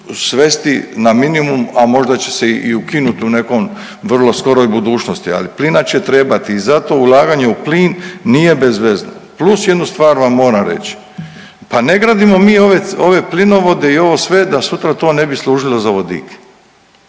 svesti na minimum, a možda će se i ukinuti u nekom vrlo skoroj budućnosti. Ali plina će trebati i zato ulaganje u plin nije bezvezno. Plus jednu stvar vam moram reći. Pa ne gradimo mi ove plinovode i ovo sve da sutra to ne bi služilo za vodik.